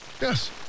Yes